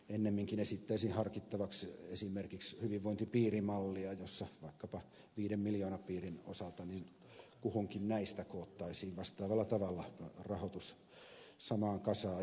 ennemminkin esittäisin harkittavaksi esimerkiksi hyvinvointipiirimallia jossa vaikkapa viiden miljoonapiirin osalta kuhunkin näistä koottaisiin vastaavalla tavalla rahoitus samaan kasaan